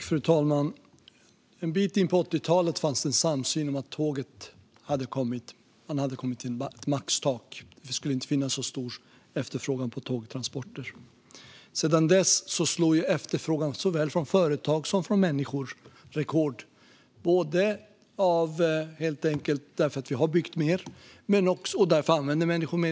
Fru talman! En bit in på 80-talet fanns det en samsyn om att man hade kommit till ett maxtak för tågen. Det skulle inte finnas så stor efterfrågan på tågtransporter. Sedan dess har efterfrågan från såväl företag som människor slagit rekord. Vi har byggt mer, och därför använder människor mer.